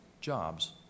jobs